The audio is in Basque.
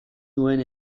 nuen